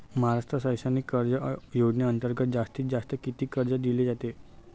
महाराष्ट्र शैक्षणिक कर्ज योजनेअंतर्गत जास्तीत जास्त किती कर्ज दिले जाते?